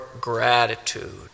gratitude